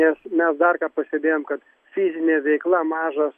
nes mes dar ką pastebėjom kad fizinė veikla mažas